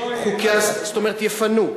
לא יהיה חוק עוקף, זאת אומרת, יפנו?